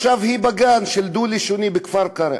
אריז', היא עכשיו בגן דו-לשוני בכפר-קרע,